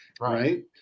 Right